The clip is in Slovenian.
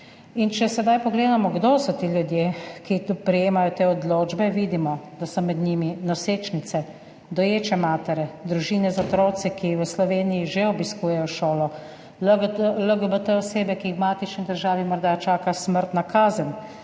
In če sedaj pogledamo, kdo so ti ljudje, ki prejemajo te odločbe, vidimo, da so med njimi nosečnice, doječe matere, družine z otroki, ki v Sloveniji že obiskujejo šolo, osebe LGBT, ki jih v matični državi morda čaka smrtna kazen,